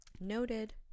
Noted